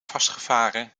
vastgevaren